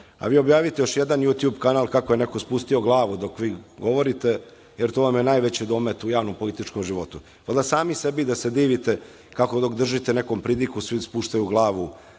objavite još jedan jutjub kanal kako je neko spustio glavu dok vi govorite, jer to vam je najveći domet u najvećem političkom životu, valjda sami sebi da se divite, kako dok držite nekom pridiku, svi spuštaju glavu,